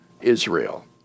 Israel